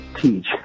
teach